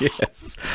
Yes